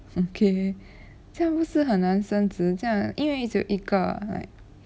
okay 这样不是很难升职这样因为只有一个 like